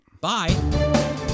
Bye